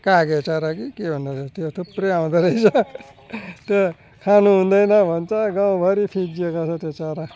कागे चरा भन्दो रहेछ कि के भन्दा रहेछ त्यो थुप्रो आउँदो रहेछ त्यो खानु हुँदैन भन्छ गाउँभरि फिँजिएका छ त्यो चरा